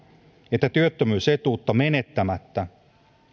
että työttömyysetuutta menettämättä